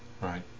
Right